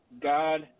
God